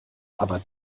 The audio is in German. aber